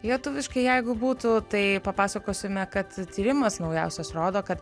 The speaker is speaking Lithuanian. lietuviškai jeigu būtų tai papasakosime kad tyrimas naujausias rodo kad